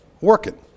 working